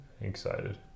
excited